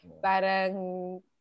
Parang